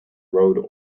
road